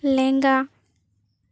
ᱞᱮᱝᱜᱟ